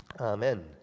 Amen